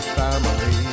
family